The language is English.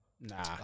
Nah